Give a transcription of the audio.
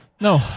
No